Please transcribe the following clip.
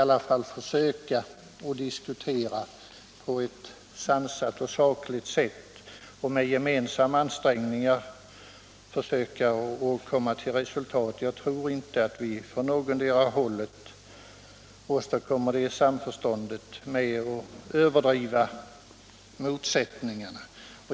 Låt oss försöka diskutera på ett sakligt och sansat sätt och försöka med gemensamma ansträngningar komma till resultat. Jag tror inte att vi åstadkommer ett samförstånd genom att överdriva motsättningarna.